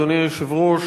אדוני היושב-ראש,